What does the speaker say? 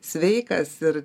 sveikas ir